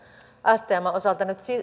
stmn osalta nyt